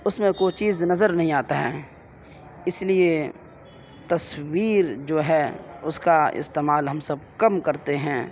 اس میں کوئی چیز نظر نہیں آتا ہے اس لیے تصویر جو ہے اس کا استعمال ہم سب کم کرتے ہیں